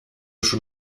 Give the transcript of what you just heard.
schon